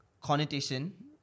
connotation